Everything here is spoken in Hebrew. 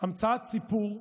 המצאת סיפור.